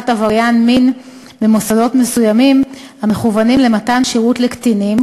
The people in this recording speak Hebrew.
עבריין מין במוסדות מסוימים המכוונים למתן שירות לקטינים,